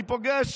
אני פוגש